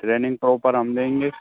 training के ऊपर हम देंगे